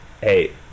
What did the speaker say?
hey